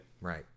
right